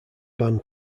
band